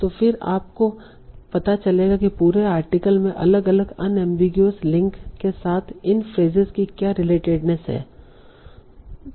तो फिर आपको पता चलेगा कि पूरे आर्टिकल में अलग अलग अनएमबीगुइस लिंक के साथ इन फ्रेसेस की क्या रिलेटेडनेस है